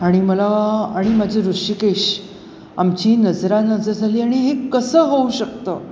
आणि मला आणि माझी ऋषिकेश आमची नजरानजर झाली आणि हे कसं होऊ शकतं